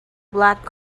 black